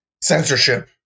Censorship